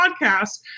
podcast